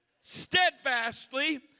steadfastly